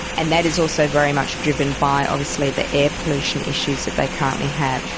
and that is also very much driven by obviously the air pollution issues that they currently have.